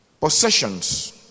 possessions